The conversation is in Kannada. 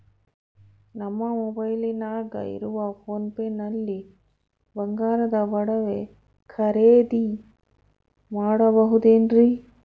ನಮ್ಮ ಮೊಬೈಲಿನಾಗ ಇರುವ ಪೋನ್ ಪೇ ನಲ್ಲಿ ಬಂಗಾರದ ಒಡವೆ ಖರೇದಿ ಮಾಡಬಹುದೇನ್ರಿ?